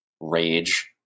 rage